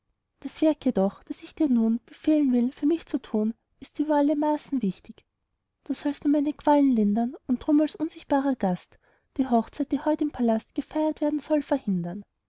das werk jedoch das ich dir nun befehlen will für mich zu tun ist über alle maßen wichtig du sollst mir meine qualen lindern und drum als unsichtbarer gast die hochzeit die heut im palast gefeiert werden soll verhindern